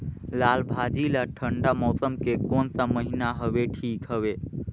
लालभाजी ला ठंडा मौसम के कोन सा महीन हवे ठीक हवे?